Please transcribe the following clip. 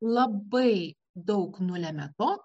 labai daug nulemia to